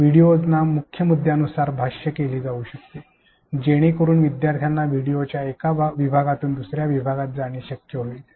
व्हिडिओंना मुख्य मुद्द्यांनुसार भाष्य केले जाऊ शकते जेणेकरून विद्यार्थ्यांना व्हिडिओंच्या एक विभागांमधून दुसऱ्या विभागात जाणे शक्य होईल